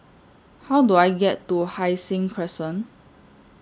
How Do I get to Hai Sing Crescent